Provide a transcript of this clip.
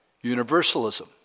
universalism